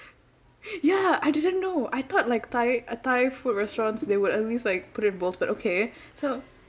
ya I didn't know I thought like thai thai food restaurants they would at least like put in bowls but okay so